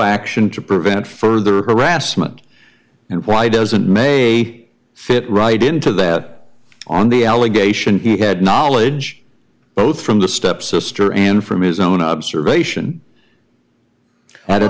action to prevent further harassment and why doesn't may fit right into the on the allegation he had knowledge both from the stepsister and from his own observation a